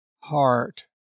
heart